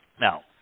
Now